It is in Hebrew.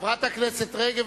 חברת הכנסת רגב,